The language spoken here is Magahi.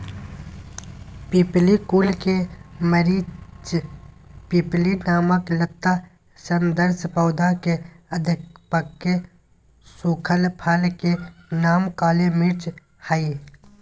पिप्पली कुल के मरिचपिप्पली नामक लता सदृश पौधा के अधपके सुखल फल के नाम काली मिर्च हई